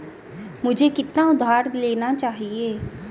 मुझे कितना उधार लेना चाहिए?